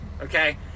Okay